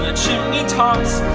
chimney tops